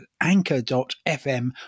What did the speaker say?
anchor.fm